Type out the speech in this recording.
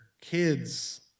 kids